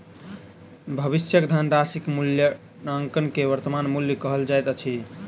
भविष्यक धनराशिक मूल्याङकन के वर्त्तमान मूल्य कहल जाइत अछि